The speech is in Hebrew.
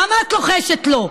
למה את לוחשת לו?